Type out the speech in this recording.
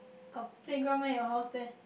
got playground at your house there